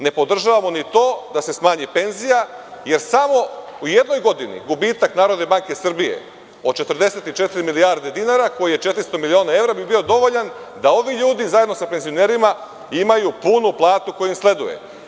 Ne podržavamo ni to da se smanji penzija, jer samo u jednoj godini, gubitak NBS od 44 milijarde dinara, koji je 400 miliona evra bi bio dovoljan da ovi ljudi zajedno sa penzionerima imaju punu platu koja im sleduje.